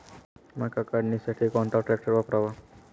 मका काढणीसाठी कोणता ट्रॅक्टर वापरावा?